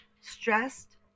stressed